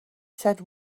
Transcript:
said